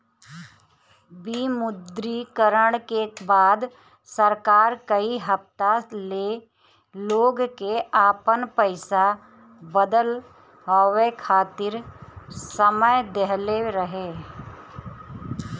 विमुद्रीकरण के बाद सरकार कई हफ्ता ले लोग के आपन पईसा बदलवावे खातिर समय देहले रहे